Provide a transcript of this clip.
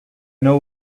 know